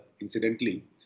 incidentally